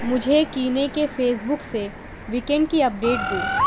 مجھے کینے کے فیس بک سے ویکینڈ کی اپ ڈیٹ دو